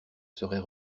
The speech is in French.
serait